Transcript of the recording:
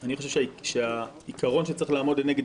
אני חושב שהעיקרון שצריך לעמוד לנגד